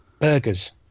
burgers